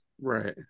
Right